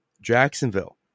Jacksonville